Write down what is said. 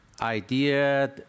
idea